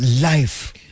life